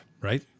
right